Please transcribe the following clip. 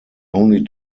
only